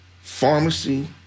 pharmacy